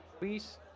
please